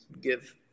give